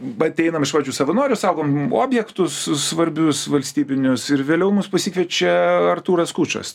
vat einam iš pradžių savanorių saugom objektus svarbius valstybinius ir vėliau mus pasikviečia artūras skučas